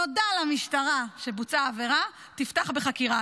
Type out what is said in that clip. נודע למשטרה שבוצעה עבירה, תפתח בחקירה.